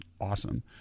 awesome